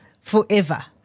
forever